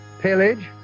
Pillage